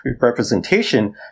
representation